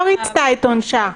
לא ריצתה של עונשה.